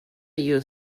use